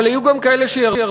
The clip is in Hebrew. אבל יהיו גם כאלה שירוויחו,